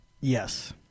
Yes